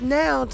now